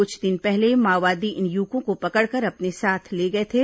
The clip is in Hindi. कुछ दिन पहले माओवादी इन युवकों को पकड़कर अपने साथ ले गए थे